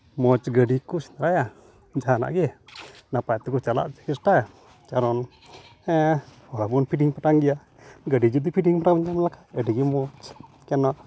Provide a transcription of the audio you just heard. ᱢᱚᱡᱽ ᱜᱟᱹᱰᱤ ᱠᱚ ᱥᱮᱸᱫᱽᱨᱟᱭᱟ ᱡᱟᱦᱟᱱᱟᱜ ᱜᱮ ᱱᱟᱯᱟᱭ ᱛᱮᱠᱚ ᱪᱟᱞᱟᱜ ᱠᱚ ᱪᱮᱥᱴᱟᱭᱟ ᱠᱟᱨᱚᱱ ᱟᱵᱚ ᱢᱟᱵᱚᱱ ᱯᱷᱤᱴᱤᱝ ᱯᱷᱟᱴᱟᱝ ᱜᱮᱭᱟ ᱜᱟᱹᱰᱤ ᱡᱩᱫᱤ ᱯᱷᱤᱴᱤᱝ ᱯᱷᱟᱴᱟᱝ ᱛᱟᱦᱮᱸ ᱞᱮᱱᱠᱷᱟᱡ ᱟᱹᱰᱤ ᱜᱮ ᱢᱚᱡᱽ ᱠᱟᱱᱟ